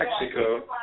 Mexico